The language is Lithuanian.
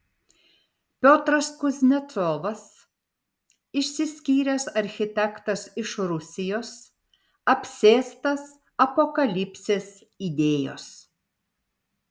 piotras kuznecovas išsiskyręs architektas iš rusijos apsėstas apokalipsės idėjos